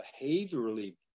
behaviorally